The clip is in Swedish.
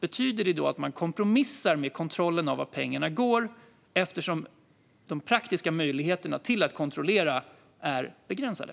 Betyder det att man kompromissar med kontrollen av vart pengarna går eftersom de praktiska möjligheterna att kontrollera är begränsade?